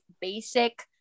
basic